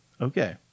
Okay